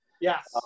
Yes